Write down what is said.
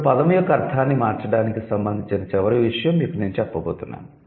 ఇప్పుడు పదం యొక్క అర్ధాన్ని మార్చడానికి సంబంధించిన చివరి విషయం మీకు నేను చెప్పబోతున్నాను